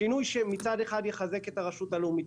שינוי שמצד אחד יחזק את הרשות הלאומית,